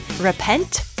repent